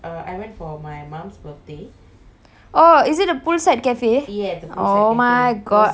oh is it a poolside cafe my god I've went there before